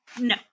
no